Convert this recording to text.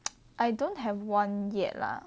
I don't have one yet lah